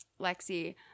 Lexi